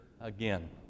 again